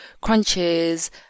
crunches